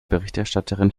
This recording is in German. berichterstatterin